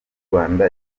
rwanda